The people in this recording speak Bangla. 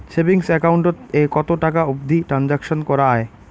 সেভিঙ্গস একাউন্ট এ কতো টাকা অবধি ট্রানসাকশান করা য়ায়?